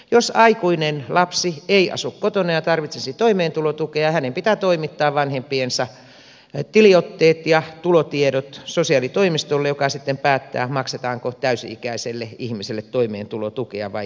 jos aikuinen lapsi ei asu kotona ja tarvitsisi toimeentulotukea hänen pitää toimittaa vanhempiensa tiliotteet ja tulotiedot sosiaalitoimistolle joka sitten päättää maksetaanko täysi ikäiselle ihmiselle toimeentulotukea vai ei